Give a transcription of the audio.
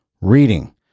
reading